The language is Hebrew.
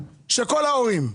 של כל ההורים.